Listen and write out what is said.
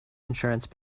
insurance